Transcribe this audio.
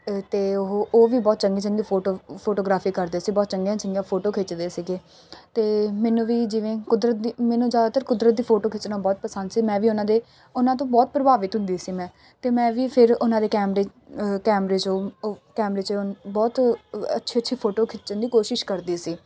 ਅਤੇ ਉਹ ਉਹ ਵੀ ਬਹੁਤ ਚੰਗੀ ਚੰਗੀ ਫੋਟੋ ਫੋਟੋਗ੍ਰਾਫੀ ਕਰਦੇ ਸੀ ਬਹੁਤ ਚੰਗੀਆਂ ਚੰਗੀਆਂ ਫੋਟੋ ਖਿੱਚਦੇ ਸੀਗੇ ਅਤੇ ਮੈਨੂੰ ਵੀ ਜਿਵੇਂ ਕੁਦਰਤ ਮੈਨੂੰ ਜ਼ਿਆਦਾਤਰ ਕੁਦਰਤ ਦੀ ਫੋਟੋ ਖਿੱਚਣਾ ਬਹੁਤ ਪਸੰਦ ਸੀ ਮੈਂ ਵੀ ਉਹਨਾਂ ਦੇ ਉਹਨਾਂ ਤੋਂ ਬਹੁਤ ਪ੍ਰਭਾਵਿਤ ਹੁੰਦੀ ਸੀ ਮੈਂ ਅਤੇ ਮੈਂ ਵੀ ਫਿਰ ਉਹਨਾਂ ਦੇ ਕੈਮਰੇ ਕੈਮਰੇ 'ਚ ਕੈਮਰੇ 'ਚ ਬਹੁਤ ਅੱਛੇ ਅੱਛੇ ਫੋਟੋ ਖਿੱਚਣ ਦੀ ਕੋਸ਼ਿਸ਼ ਕਰਦੀ ਸੀ